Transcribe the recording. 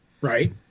right